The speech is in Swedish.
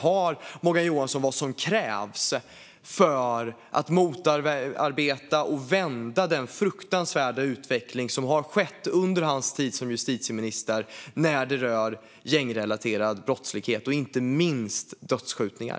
Har Morgan Johansson vad som krävs för att motarbeta och vända den fruktansvärda utveckling vi har sett under hans tid som justitieminister när det gäller gängrelaterad brottslighet - inte minst dödsskjutningar?